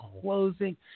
closing